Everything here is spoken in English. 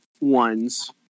ones